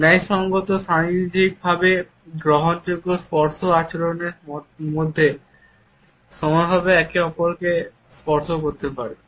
ন্যায়সঙ্গত সামাজিকভাবে গ্রহণযোগ্য স্পর্শ আচরণের মধ্যে সমানগুলি একে অপরকে স্পর্শ করতে পারে